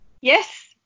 Yes